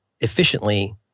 efficiently